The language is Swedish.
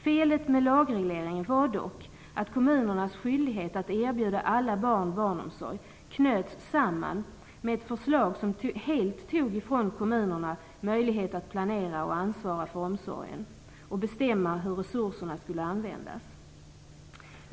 Felet med lagregleringen var dock att kommunernas skyldighet att erbjuda alla barn barnomsorg knöts samman med ett förslag som helt tog ifrån kommunerna möjligheten att planera och ansvara för omsorgen och att bestämma hur resurserna skulle användas.